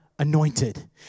anointed